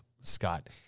Scott